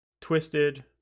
Twisted